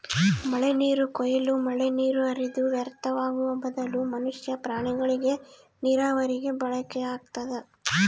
ಮಳೆನೀರು ಕೊಯ್ಲು ಮಳೆನೀರು ಹರಿದು ವ್ಯರ್ಥವಾಗುವ ಬದಲು ಮನುಷ್ಯ ಪ್ರಾಣಿಗಳಿಗೆ ನೀರಾವರಿಗೆ ಬಳಕೆಯಾಗ್ತದ